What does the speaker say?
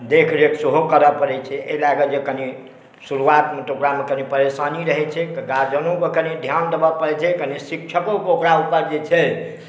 देखरेख सेहो करऽ पड़ै छै एहि लऽ कऽ जे कनि शुरुआतमे तऽ ओकरामे कनि परेशानी रहै छै तऽ गार्जिअनोके कनि धिआन देबऽ पड़ै छै कनि शिक्षकोके ओकरा उपर जे छै